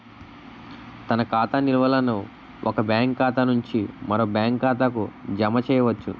తన ఖాతా నిల్వలను ఒక బ్యాంకు ఖాతా నుంచి మరో బ్యాంక్ ఖాతాకు జమ చేయవచ్చు